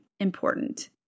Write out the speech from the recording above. Important